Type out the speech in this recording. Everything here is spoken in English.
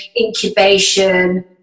incubation